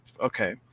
Okay